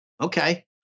Okay